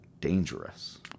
dangerous